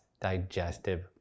digestive